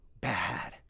bad